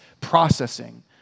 processing